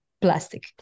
plastic